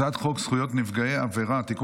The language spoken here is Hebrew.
הצעת חוק זכויות נפגעי עבירה (תיקון